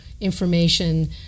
information